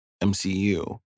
MCU